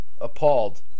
appalled